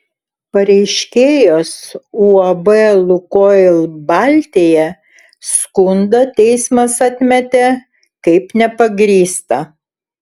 pareiškėjos uab lukoil baltija skundą teismas atmetė kaip nepagrįstą